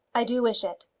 i do wish it.